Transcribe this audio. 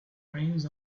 reins